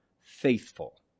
faithful